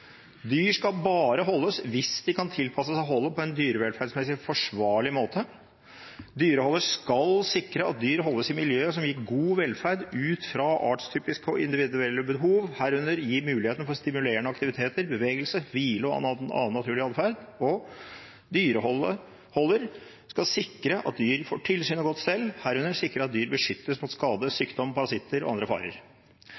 dyr holdes i miljø som gir god velferd ut fra artstypiske og individuelle behov, herunder gi mulighet for stimulerende aktiviteter, bevegelse, hvile og annen naturlig atferd.» «Dyreholder skal sikre at dyr får godt tilsyn og stell, herunder sikre at: b) dyr beskyttes mot skade,